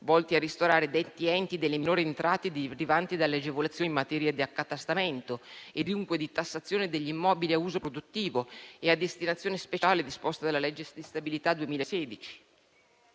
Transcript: volto a ristorare detti enti delle minori entrate derivanti dalle agevolazioni in materia di accatastamento e dunque di tassazione degli immobili a uso produttivo e a destinazioni speciali disposte dalla legge di stabilità 2016.